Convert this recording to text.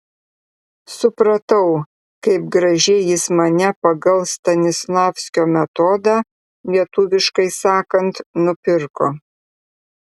supratau kaip gražiai jis mane pagal stanislavskio metodą lietuviškai sakant nupirko